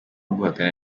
guhakana